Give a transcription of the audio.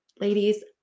Ladies